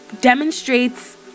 Demonstrates